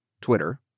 Twitter